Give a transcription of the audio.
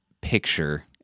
picture